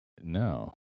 no